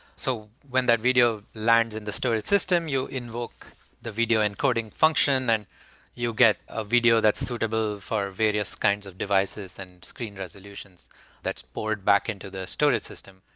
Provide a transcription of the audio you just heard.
so when the video lines in the storage system, you invoke the video encoding function and you get a video that's suitable for various kinds of devices and screen resolutions that's poured back into the storage system.